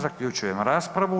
Zaključujem raspravu.